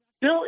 Bill